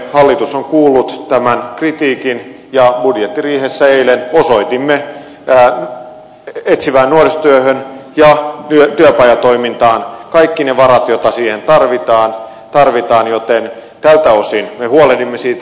hallitus on kuullut tämän kritiikin ja budjettiriihessä eilen osoitimme etsivään nuorisotyöhön ja työpajatoimintaan kaikki ne varat joita siihen tarvitaan joten tältä osin me huolehdimme siitä